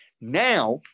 Now